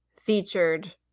featured